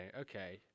Okay